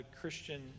Christian